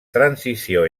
transició